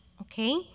Okay